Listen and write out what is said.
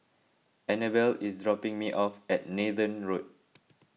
Annabell is dropping me off at Nathan Road